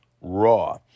Raw